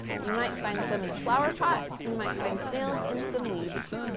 you might find some in a flower pot, you might find snails in some leaves.